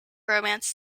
romance